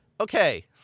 okay